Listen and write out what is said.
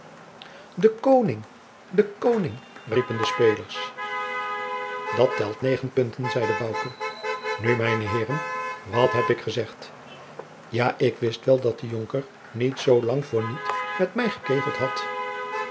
den koning den koning riepen de spelers dat telt negen punten zeide bouke nu mijne heeren wat heb ik gezegd ja ik wist wel dat de jonker niet zoo lang voor niet met mij gekegeld had